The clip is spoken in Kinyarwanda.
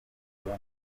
kujya